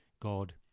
God